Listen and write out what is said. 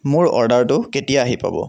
মোৰ অৰ্ডাৰটো কেতিয়া আহি পাব